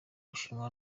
bushinwa